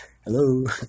hello